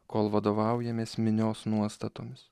kol vadovaujamės minios nuostatomis